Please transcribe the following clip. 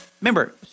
Remember